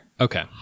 Okay